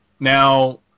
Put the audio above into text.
Now